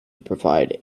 provide